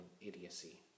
idiocy